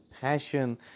passion